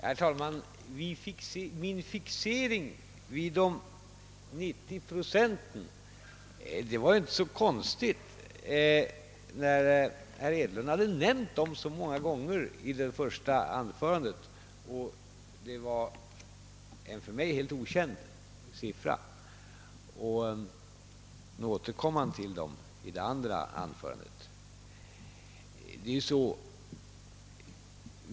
Herr talman! Min fixering vid de 90 procenten var inte så konstig, eftersom herr Hedlund hade nämnt dem så många gånger i det första anförandet och det var en för mig okänd siffra. Nu återkommer han till dem i det andra anförandet.